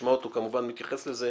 שנשמע אותו מתייחס לזה